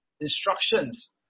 instructions